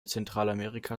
zentralamerika